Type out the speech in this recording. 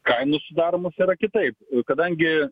kainos sudaromos yra kitaip kadangi